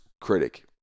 critic